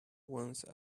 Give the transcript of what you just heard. once